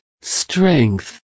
strength